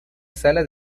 sala